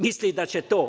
Misli da će to.